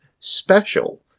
special